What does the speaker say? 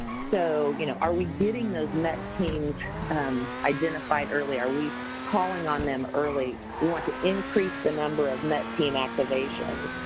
so, you know are we getting those met teams identified early? are we calling on them early? we want to increase the number of met team activation.